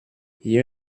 you